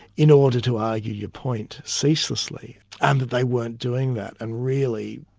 in order to argue your point ceaselessly, and that they weren't doing that, and really,